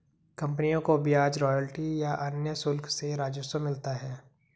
कंपनियों को ब्याज, रॉयल्टी या अन्य शुल्क से राजस्व मिलता है